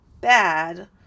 bad